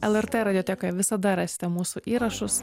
lrt radiotekoje visada rasite mūsų įrašus